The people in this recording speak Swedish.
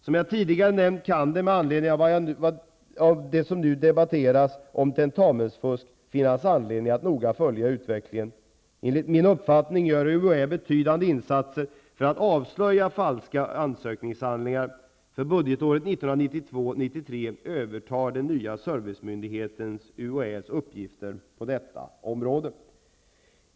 Som jag tidigare nämnt kan det, med anledning av vad som nu debatteras om tentamensfusk, finnas anledning att noga följa utvecklingen. Enligt min uppfattning gör UHÄ betydande insatser för att avslöja falska ansökningshandlingar. För budgetåret 1992/93 övertar den nya servicemyndigheten UHÄ:s uppgifter på detta område.